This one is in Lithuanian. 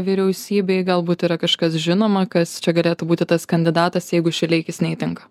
vyriausybei galbūt yra kažkas žinoma kas čia galėtų būti tas kandidatas jeigu šileikis neįtinka